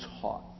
taught